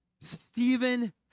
Stephen